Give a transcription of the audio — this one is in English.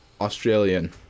australian